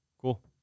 cool